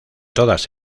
todas